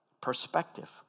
perspective